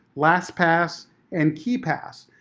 lastpass and keepass.